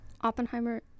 Oppenheimer